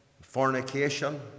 fornication